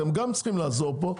אתם גם צריכים לעזור פה.